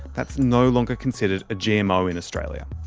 that's no longer considered a gmo in australia.